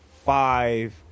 five